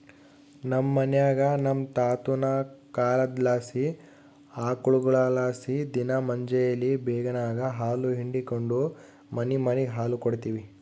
ನಮ್ ಮನ್ಯಾಗ ನಮ್ ತಾತುನ ಕಾಲದ್ಲಾಸಿ ಆಕುಳ್ಗುಳಲಾಸಿ ದಿನಾ ಮುಂಜೇಲಿ ಬೇಗೆನಾಗ ಹಾಲು ಹಿಂಡಿಕೆಂಡು ಮನಿಮನಿಗ್ ಹಾಲು ಕೊಡ್ತೀವಿ